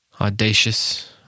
audacious